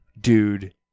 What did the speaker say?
Dude